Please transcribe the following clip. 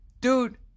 Dude